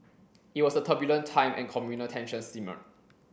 it was a turbulent time and communal tensions simmered